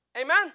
Amen